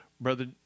Brother